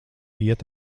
iet